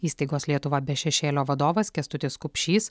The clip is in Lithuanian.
įstaigos lietuva be šešėlio vadovas kęstutis kupšys